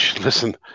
listen